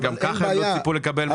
שגם ככה לא ציפו לקבל מהם הכנסה.